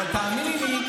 אבל תאמיני לי,